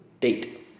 date